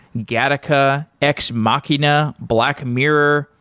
gattaca, ex machina, black mirror,